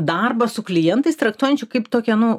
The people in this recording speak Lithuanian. darbą su klientais traktuojančių kaip tokią nu